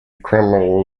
criminal